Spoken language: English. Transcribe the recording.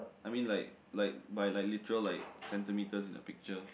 I mean like like by like literal like centimeter the picture